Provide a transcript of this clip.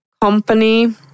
company